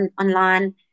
online